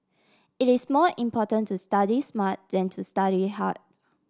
it is more important to study smart than to study hard